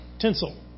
tinsel